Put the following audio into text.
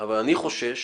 אני חושש